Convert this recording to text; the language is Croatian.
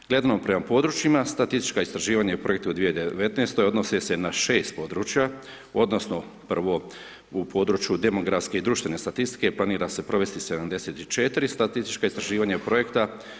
Gledano prema područjima, statistička istraživanja i projekti u 2019. odnose se na 6 područja, odnosno prvo u području demografske i društvene statistike planira se provesti 74 statistička istraživanja projekta.